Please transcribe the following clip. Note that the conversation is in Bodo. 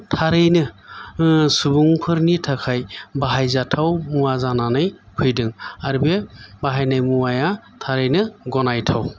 थारैनो ओह सुबुंफोरनि थाखाय बाहायजाथाव मुवा जानानै फैदों आरो बे बाहायनाय मुवाया थारैनो गनायथाव